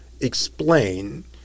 explain